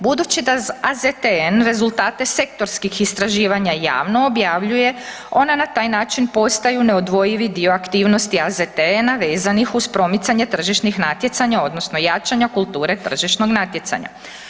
Budući da AZTN rezultate sektorskih istraživanja javno objavljuje, ona na taj način postaju neodvojivi dio aktivnosti AZTN-a vezanih uz promicanje tržišnih natjecanja odnosno jačanja kulture tržišnog natjecanja.